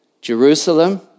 Jerusalem